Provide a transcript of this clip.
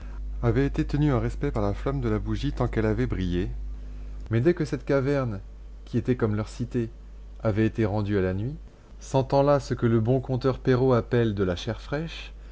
avaient été tenus en respect par la flamme de la bougie tant qu'elle avait brillé mais dès que cette caverne qui était comme leur cité avait été rendue à la nuit sentant là ce que le bon conteur perrault appelle de la chair fraîche